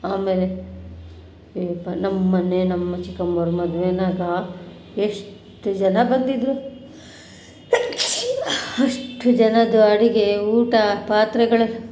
ಆಮೇಲೆ ಅಯ್ಯಪ್ಪ ನಮ್ಮನೆ ನಮ್ಮ ಚಿಕ್ಕಮ್ಮವ್ರು ಮದುವೆನಾಗ ಎಷ್ಟು ಜನ ಬಂದಿದ್ದರು ಅಷ್ಟು ಜನದ್ದು ಅಡುಗೆ ಊಟ ಪಾತ್ರೆಗಳು